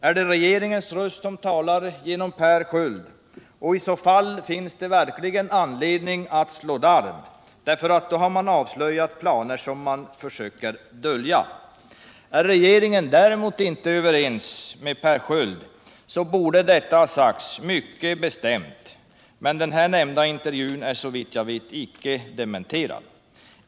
Är det regeringens röst som talar genom Per Sköld? I så fall finns det verkligen anledning att slå larm, därför att då har man avslöjat planer som man försöker dölja. Är regeringen däremot inte överens med Per Sköld, borde detta ha sagts mycket bestämt. Men den nämnda intervjun är såvitt jag vet icke dementerad.